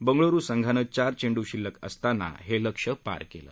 बंगळुरु संघानं चार चेंडू शिल्लक असताना हे लक्ष्य पार केलं